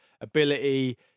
ability